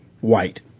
white